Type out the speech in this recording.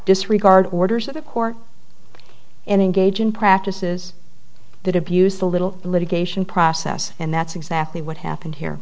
disregard orders of a court and engage in practices that abuse the little litigation process and that's exactly what happened here